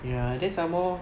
ya then some more